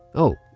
oh,